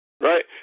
Right